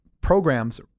programs